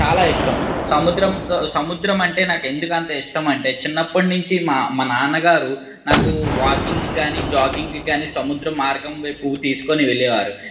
చాలా ఇష్టం సముద్రం సముద్రం అంటే నాకు ఎందుకంత ఇష్టం అంటే నేను చిన్నప్పటి నుంచి మా మా నాన్నగారు నాకు వాకింగ్కి గానీ జాగింగ్కి గానీ సముద్రమార్గం వైపు తీసుకుని వెళ్ళేవారు